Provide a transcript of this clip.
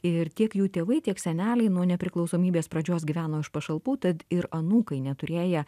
ir tiek jų tėvai tiek seneliai nuo nepriklausomybės pradžios gyveno iš pašalpų tad ir anūkai neturėję